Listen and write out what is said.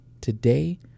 today